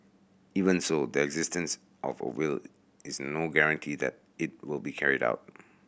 even so the existence of a will is no guarantee that it will be carried out